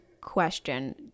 question